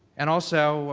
and also